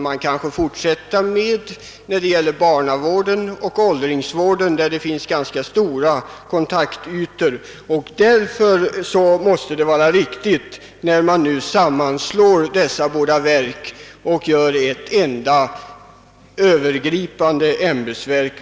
man kan fortsätta resonemanget när det gäller barnavården och åldringsvården, där det också finns ganska stora kontaktytor. Därför måste det vara riktigt att nu sammanslå dessa båda verk och inrätta ett enda övergripande ämbetsverk.